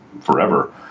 forever